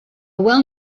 well